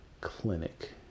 clinic